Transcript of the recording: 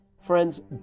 Friends